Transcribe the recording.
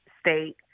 state